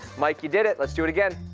mike you did it. let's do it again.